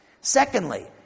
Secondly